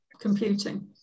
computing